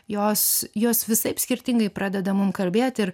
jos jos visaip skirtingai pradeda mum kalbėti ir